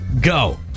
Go